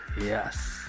Yes